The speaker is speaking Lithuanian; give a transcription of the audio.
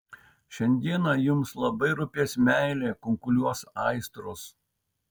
šiandieną jums labai rūpės meilė kunkuliuos aistros